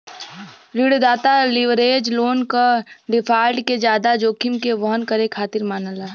ऋणदाता leverage loan क default के जादा जोखिम के वहन करे खातिर मानला